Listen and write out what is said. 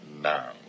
now